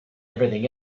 everything